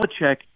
Belichick